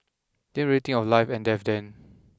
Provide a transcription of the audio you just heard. didn't really think of life and death then